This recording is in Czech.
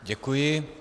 Děkuji.